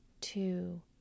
two